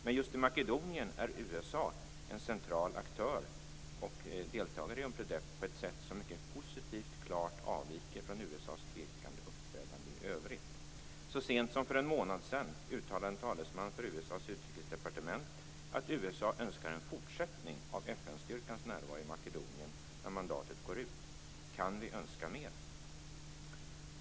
Men just i Makedonien är USA en central aktör och deltagare i Unpredep på ett sätt som mycket positivt klart avviker från USA:s tvekande uppträdande i övrigt. Så sent som för en månad sedan uttalade en talesman för USA:s utrikesdepartement att USA önskar en fortsättning av FN-styrkans närvaro i Makedonien när mandatet går ut. Kan vi önska mer?